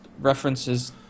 references